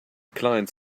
client